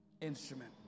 instrument